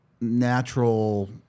natural